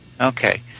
Okay